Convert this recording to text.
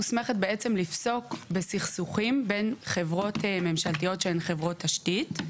מוסמכת לפסוק בסכסוכים בין חברות ממשלתיות שהן חברות תשתית.